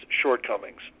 shortcomings